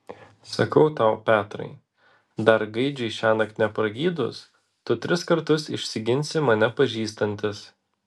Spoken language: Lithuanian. sakau tau petrai dar gaidžiui šiąnakt nepragydus tu tris kartus išsiginsi mane pažįstantis